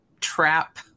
trap